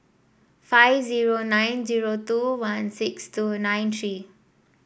five zero nine zero two one six two nine three